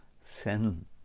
sin